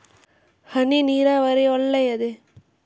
ಹನಿ ನೀರಾವರಿ ಒಳ್ಳೆಯದೇ?